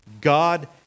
God